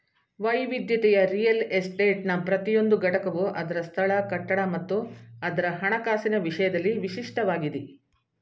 ವೈವಿಧ್ಯತೆಯ ರಿಯಲ್ ಎಸ್ಟೇಟ್ನ ಪ್ರತಿಯೊಂದು ಘಟಕವು ಅದ್ರ ಸ್ಥಳ ಕಟ್ಟಡ ಮತ್ತು ಅದ್ರ ಹಣಕಾಸಿನ ವಿಷಯದಲ್ಲಿ ವಿಶಿಷ್ಟವಾಗಿದಿ